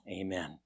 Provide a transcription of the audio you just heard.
Amen